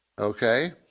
Okay